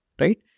right